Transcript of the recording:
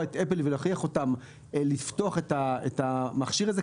את "אפל" ולהכריח אותם לפתוח את המכשיר הזה.